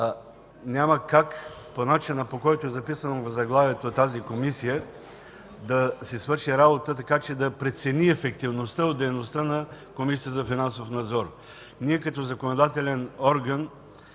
няма как – по начина, по който е записано в заглавието, тази Комисия да си свърши работата, така че да прецени ефективността от дейността на Комисията за финансов